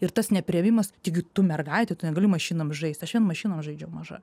ir tas nepriėmimas taigi tu mergaitė tu negali mašinom žaist aš vien mašinom žaidžiau maža